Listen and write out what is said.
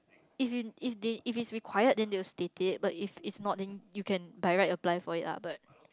if if they if it's required then they will state it but if it's not then you can by right apply for it lah but